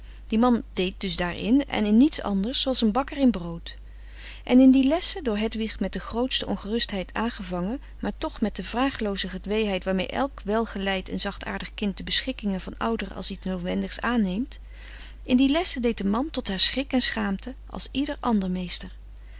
die man deed dus daarin en in niets anders zooals een bakker in brood en in die lessen door hedwig met de grootste ongerustheid aangevangen maar toch met de vragelooze gedweeheid waarmee elk welgeleid en zachtaardig kind de beschikkingen van ouderen als iets noodwendigs aanneemt in die lessen deed de man tot haar schrik en schaamte als ieder ander meester